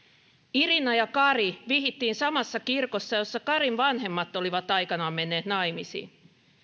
irina ja kari vihittiin samassa kirkossa jossa karin vanhemmat olivat aikanaan menneet naimisiin